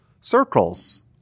circles